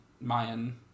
Mayan